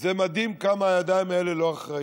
זה מדהים כמה הידיים האלה לא אחראיות,